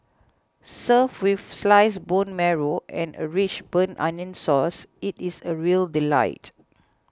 served with sliced bone marrow and a rich burnt onion sauce it is a real delight